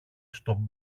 στον